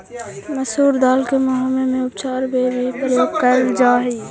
मसूर दाल मधुमेह के उपचार में भी प्रयोग करेल जा हई